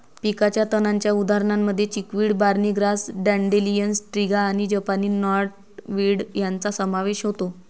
पिकाच्या तणांच्या उदाहरणांमध्ये chickweed, barney grass, dandelion, striga आणि जपानी नॉटवीड यांचा समावेश होतो